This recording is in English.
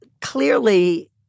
Clearly